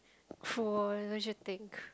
cruel don't you think